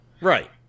Right